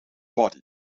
body